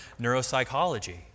neuropsychology